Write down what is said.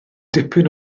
dipyn